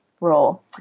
role